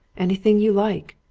anything you like!